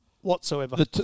whatsoever